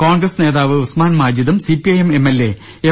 കോൺഗ്രസ് നേതാവ് ഉസ്മാൻ മാജിദും C P I M M L A M